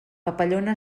papallona